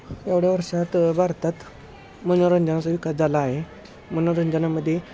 एवढ्या वर्षात भारतात मनोरंजनाचा विकास झाला आहे मनोरंजनामध्ये